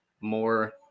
more